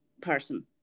person